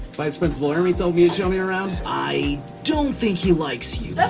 vice principal ernie told me you'd show me around. i don't think he likes you. that's